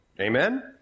Amen